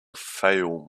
fayoum